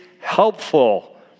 helpful